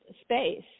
space